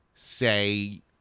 say